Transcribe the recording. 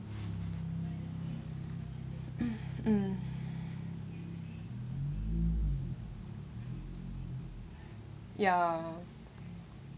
mm ya